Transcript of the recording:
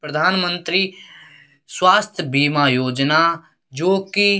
प्रधान मंत्री स्वास्थ्य बीमा योजना जोकि